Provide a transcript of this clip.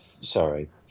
sorry